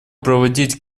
проводить